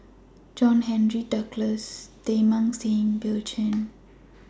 John Henry Duclos Teng Mah Seng and Bill Chen